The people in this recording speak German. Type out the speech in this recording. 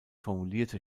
formulierte